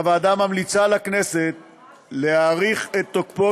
הוועדה ממליצה לכנסת להאריך את תוקפו